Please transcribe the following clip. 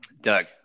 doug